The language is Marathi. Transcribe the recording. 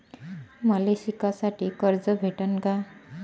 मले शिकासाठी कर्ज भेटन का?